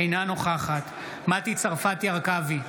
אינה נוכחת מטי צרפתי הרכבי,